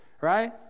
right